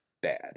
bad